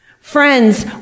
Friends